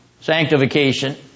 sanctification